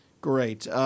Great